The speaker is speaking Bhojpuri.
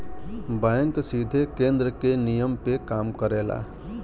बैंक सीधे केन्द्र के नियम पे काम करला